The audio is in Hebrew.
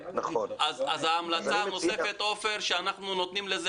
אז ההמלצה הנוספת שאנחנו נותנים לזה